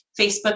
Facebook